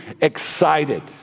excited